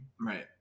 right